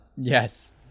yes